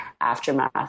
aftermath